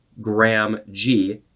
gram-g